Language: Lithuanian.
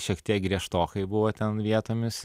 šiek tiek griežtokai buvo ten vietomis